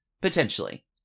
potentially